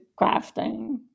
crafting